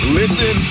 listen